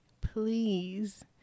please